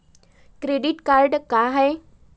Credit card का हाय?